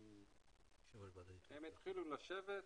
הם התחילו לשבת,